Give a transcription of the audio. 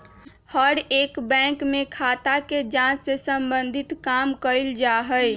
हर एक बैंक में खाता के जांच से सम्बन्धित काम कइल जा हई